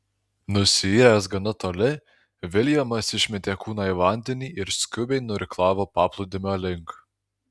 nusiyręs gana toli viljamas išmetė kūną į vandenį ir skubiai nuirklavo paplūdimio link